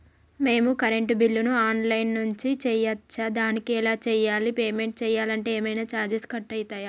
మేము కరెంటు బిల్లును online నుంచి చేయచ్చా? దానికి ఎలా చేయాలి? పేమెంట్ చేయాలంటే ఏమైనా చార్జెస్ కట్ అయితయా?